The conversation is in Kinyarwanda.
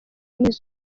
nizzo